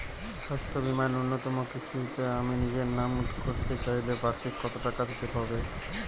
স্বাস্থ্য বীমার ন্যুনতম কিস্তিতে আমি নিজের নামে করতে চাইলে বার্ষিক কত টাকা দিতে হবে?